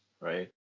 right